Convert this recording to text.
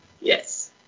Yes